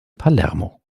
palermo